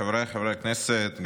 חבריי חברי הכנסת,